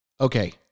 okay